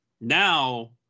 now